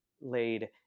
laid